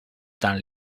than